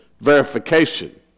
verification